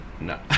No